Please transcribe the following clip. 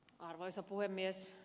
arvoisa puhemies